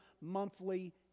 monthly